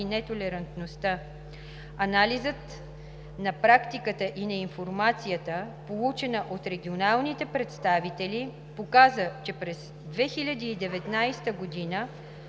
и нетолерантността. Анализът на практиката и на информацията, получена от регионалните представители, показва, че през 2019 г.